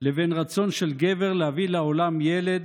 לבין רצון של גבר להביא לעולם ילד